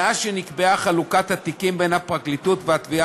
מאז נקבעה חלוקת התיקים בין הפרקליטות והתביעה